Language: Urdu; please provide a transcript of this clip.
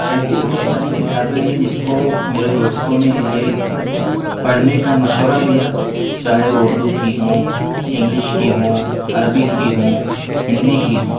ایسی بہت ساری کتابیں ہیں جس کو میرے دوستوں نے مجھے پڑھنے کا مشورہ دیا چاہے وہ اردو کی ہوں انگلش کی ہوں عربی کی ہوں ہندی کی ہوں